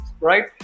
right